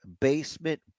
basement